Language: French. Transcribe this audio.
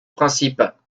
principe